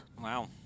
Wow